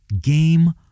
Game